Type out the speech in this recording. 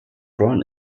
brown